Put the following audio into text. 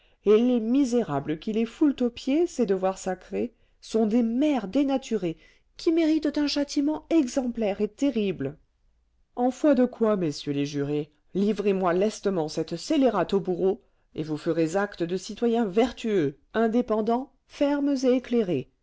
et les misérables qui les foulent aux pieds ces devoirs sacrés sont des mères dénaturées qui méritent un châtiment exemplaire et terrible en foi de quoi messieurs les jurés livrez moi lestement cette scélérate au bourreau et vous ferez acte de citoyens vertueux indépendants fermes et éclairés